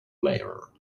player